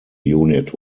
unit